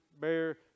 bear